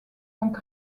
donc